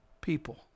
people